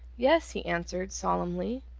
yes, he answered, solemnly.